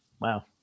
Wow